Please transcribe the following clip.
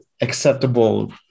acceptable